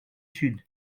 sud